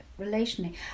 relationally